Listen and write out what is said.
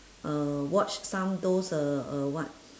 uh watch some those uh uh what